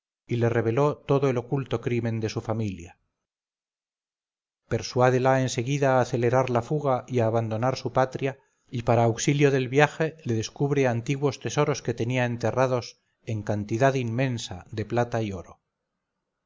y le reveló todo el oculto crimen de su familia persuádela en seguida a acelerar la fuga y abandonar su patria y para auxilio del viaje le descubre antiguos tesoros que tenía enterrados en cantidad inmensa de plata y oro